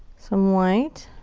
some white.